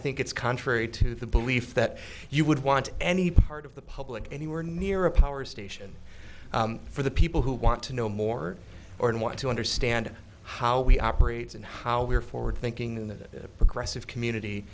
think it's contrary to the belief that you would want any part of the public anywhere near a power station for the people who want to know more or and want to understand how we operate and how we are forward thinking in the progressive community